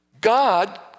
God